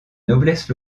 noblesse